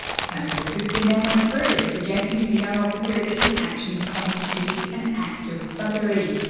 the counsel assisting then went further, suggesting to the young officer that his actions constituted an act of thuggery.